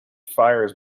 fires